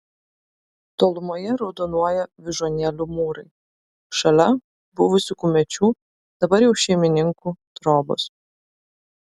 tolumoje raudonuoja vyžuonėlių mūrai šalia buvusių kumečių dabar jau šeimininkų trobos